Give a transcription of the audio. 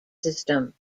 system